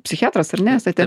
psichiatras ar ne esate